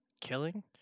killing